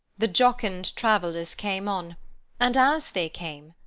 the jocund travellers came on and as they came,